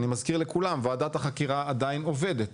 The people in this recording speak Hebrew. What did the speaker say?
אני מזכיר לכולם: ועדת החקירה עדיין עובדת.